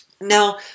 Now